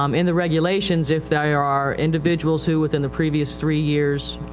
um in the regulations if they are are individuals who within the previous three years,